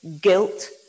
guilt